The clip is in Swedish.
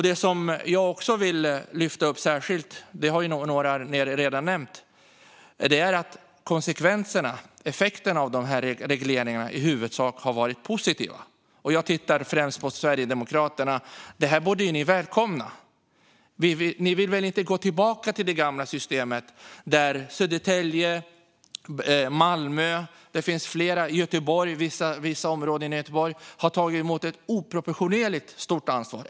Det som jag vill lyfta fram särskilt, och som några debattörer redan har nämnt, är att konsekvenserna och effekterna av de här regleringarna i huvudsak har varit positiva. Jag tittar främst på Sverigedemokraterna. Det här borde ni välkomna. Ni vill väl inte gå tillbaka till det gamla systemet, där Södertälje, Malmö, vissa områden i Göteborg med flera tog ett oproportionerligt stort ansvar?